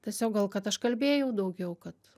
tiesiog gal kad aš kalbėjau daugiau kad